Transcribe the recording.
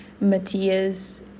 Matthias